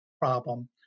problem